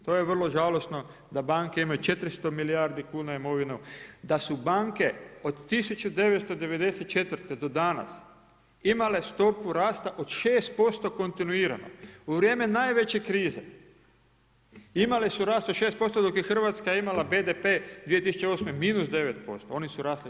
To je vrlo žalosno da banke imaju 400 milijardi kuna imovinu, da su banke od 1994. do danas imale stopu rasta od 6% kontinuirano u vrijeme najveće krize imale su rast od 6% dok je Hrvatska imala BDP 2008. minus 9%, oni su rasli 6%